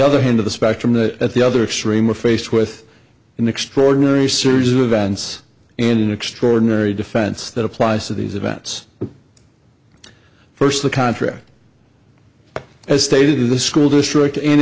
other hand of the spectrum that at the other extreme we're faced with an extraordinary series of events and an extraordinary defense that applies to these events first the contract as stated in the school district an